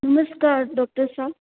नमस्कार doctor sir